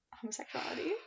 homosexuality